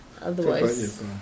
Otherwise